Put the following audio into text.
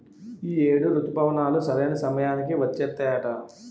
ఈ ఏడు రుతుపవనాలు సరైన సమయానికి వచ్చేత్తాయట